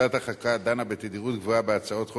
ועדת חוקה דנה בתדירות גבוהה בהצעות חוק